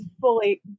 fully